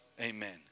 Amen